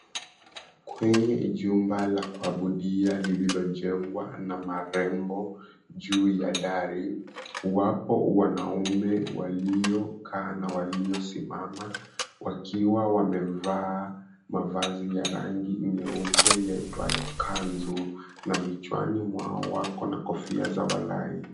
Kwenye jumba la kuabudia lililojengwa na marembo juu ya dari wapo wanaume waliokaa na waliosimama wakiwa wamevaa mavazi ya rangi nyeupe yaitwayo kanzu na vichwani mwao wako na kofia za walai .